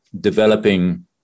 developing